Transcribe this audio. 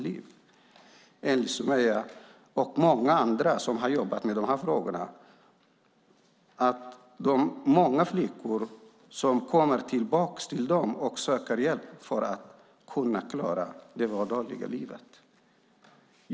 Enligt Someja och många andra som har jobbat med dessa frågor kommer många flickor tillbaka till dem och söker hjälp för att kunna klara det vardagliga livet.